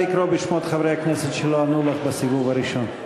נא לקרוא בשמות חברי הכנסת שלא ענו לך בסיבוב הראשון.